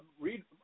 read